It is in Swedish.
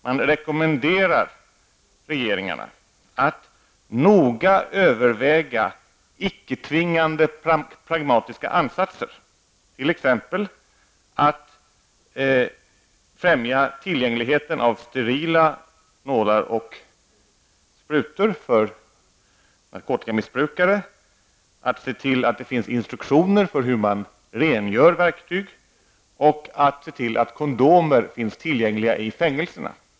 Man rekommenderar regeringarna att noga överväga icke-tvingande, pragmatiska ansatser, t.ex. att främja tillgängligheten av sterila nålar och sprutor för narkotikamissbrukare, att se till att det finns instruktioner för hur man rengör verktyg och att se till att kondomer finns tillgängliga i fängelserna.